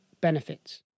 benefits